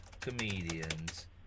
comedians